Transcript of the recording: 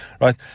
right